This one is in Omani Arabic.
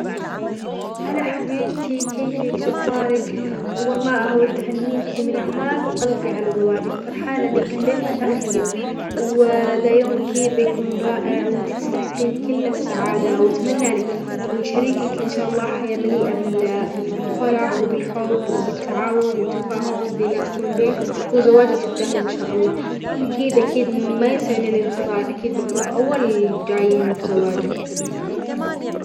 لف مبروك يا الغالي! والله فرحت لك من قلبي. إن شاء الله تكون حياتك مع شريكة عمرك مليانة بالحب والسعادة. الله يوفقكم ويسعدكم ويعطيكم كل اللي تتمناه. إذا في شي أقدر أساعدك فيه أو احتجت شي، أنا موجود. تهانيّ الحارة لك ولعروستك!